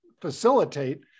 facilitate